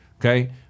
okay